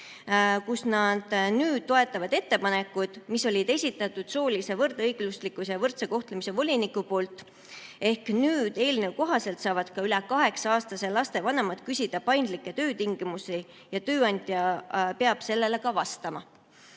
kus nad nüüd toetasid ettepanekut, mille oli esitanud soolise võrdõiguslikkuse ja võrdse kohtlemise volinik. Ehk nüüd eelnõu kohaselt saavad ka üle 8-aastaste laste vanemad küsida paindlikke töötingimusi ja tööandja peab sellele ka vastama.